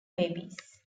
babies